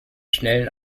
schnellen